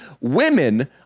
women